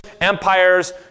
empires